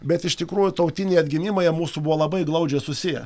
bet iš tikrųjų tautiniai atgimimai jie mūsų buvo labai glaudžiai susiję